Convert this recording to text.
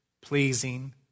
pleasing